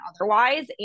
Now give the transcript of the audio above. otherwise